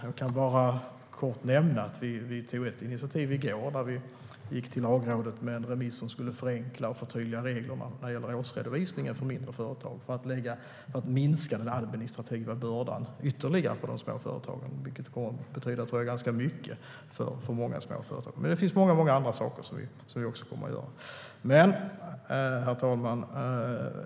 Jag kan kort nämna att vi tog ett initiativ i går, när vi gick till Lagrådet med en remiss som skulle förenkla och förtydliga reglerna när det gäller årsredovisning för mindre företag, för att minska den administrativa bördan ytterligare för de små företagen, vilket jag tror kommer att betyda ganska mycket för många småföretagare. Men det finns också många andra saker som vi kommer att göra. Herr talman!